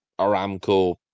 Aramco